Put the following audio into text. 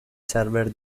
server